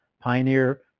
Pioneer